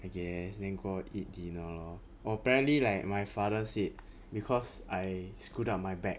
I guess then go eat dinner lor apparently like my father said because I screwed up my back